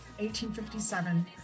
1857